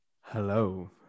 Hello